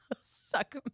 suck